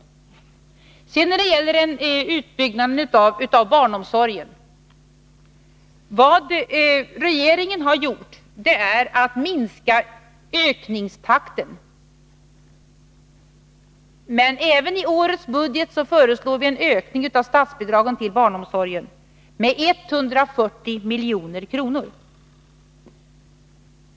Vad regeringen har gjort när det gäller utbyggnaden av barnomsorgen är att minska ökningstakten. Men även i årets budget föreslår vi en ökning av statsbidragen till barnomsorgen med 140 milj.kr.